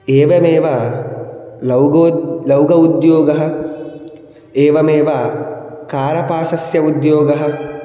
एवमेव लौगो लौह उद्योगः एवमेव कार्पासस्य उद्योगः